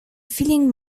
feeling